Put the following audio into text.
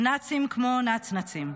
"נאצים כמו נצנצים".